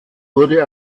wurde